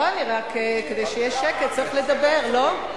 לא, רק כדי שיהיה שקט צריך לדבר, לא?